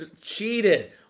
cheated